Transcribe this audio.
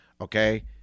Okay